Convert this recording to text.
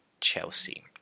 Chelsea